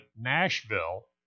Nashville